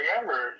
Remember